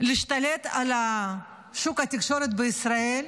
להשתלט על שוק התקשורת בישראל,